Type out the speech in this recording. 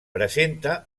presenta